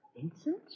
Vincent